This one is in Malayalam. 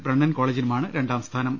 ബ്രണ്ണൻ കോളജിനുമാണ് രണ്ടാം സ്ഥാനം